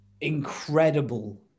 incredible